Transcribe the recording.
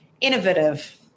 Innovative